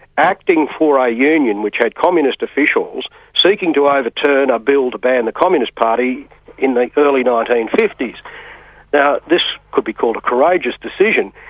acting for a union which had communist officials seeking to overturn a bill to ban the communist party in the early nineteen fifty s. now this could be called a courageous decision.